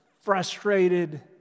frustrated